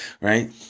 Right